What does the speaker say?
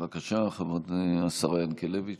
בבקשה, השרה ינקלביץ'.